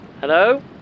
Hello